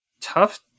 Tough